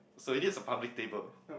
so it is a public table